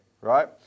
right